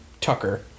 Tucker